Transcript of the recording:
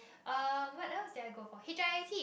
um what else did I go for H_I_P